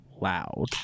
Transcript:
loud